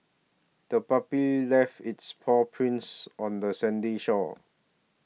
the puppy left its paw prints on the sandy shore